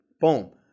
Boom